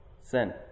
Sin